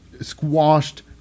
squashed